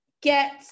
get